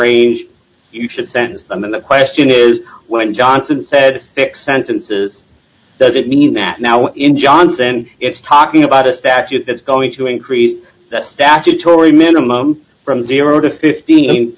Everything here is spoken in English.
range you should send a man the question is when johnson said six sentences doesn't mean that now in johnson it's talking about a statute that's going to increase the statutory minimum from zero to fifteen